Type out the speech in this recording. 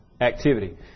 activity